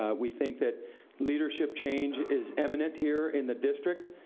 ah we think that leadership change is imminent here in the district.